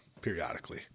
periodically